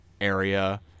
area